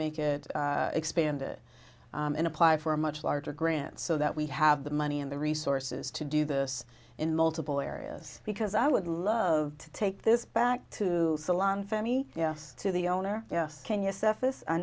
make it expand it and apply for a much larger grant so that we have the money and the resources to do this in multiple areas because i would love to take this back to salon phemie yes to the owner ye